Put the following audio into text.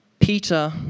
Peter